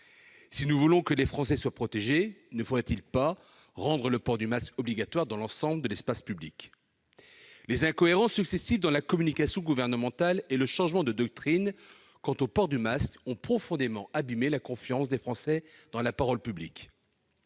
Si nous voulons que les Français soient protégés, ne faudrait-il pas rendre obligatoire le port du masque dans l'ensemble de l'espace public ? Les incohérences successives dans la communication gouvernementale et le changement de doctrine quant au port du masque ont profondément abîmé la confiance des Français en la parole publique.